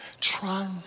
Trying